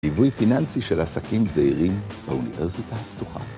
דיווי פיננסי של עסקים זהירים באוניברסיטה הפתוחה.